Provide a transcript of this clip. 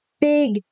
big